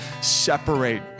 separate